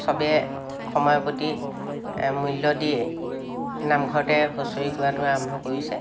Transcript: চবেই সময়ৰ প্ৰতি মূল্য দি নামঘৰতে হুঁচৰি গোৱাটো আৰম্ভ কৰিছে